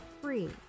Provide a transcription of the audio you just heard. free